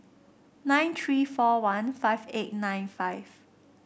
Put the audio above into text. nine three four one five eight nine five